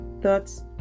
thoughts